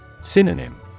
Synonym